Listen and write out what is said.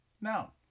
Now